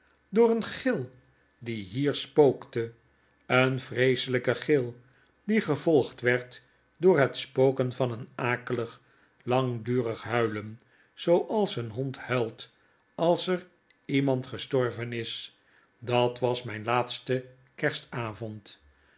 door een gil die hier spookte een vreeselijken gil die gevolgd werd door het spoken van een akelig langdurig huilen zooals een hond huilt als er iemand gestorven is dat was myn laatste kerstavond